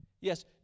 yes